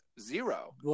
zero